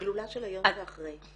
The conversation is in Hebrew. הגלולה של היום שאחרי.